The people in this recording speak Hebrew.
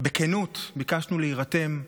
ובכנות ביקשנו להירתם,